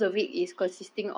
oh